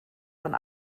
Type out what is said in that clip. von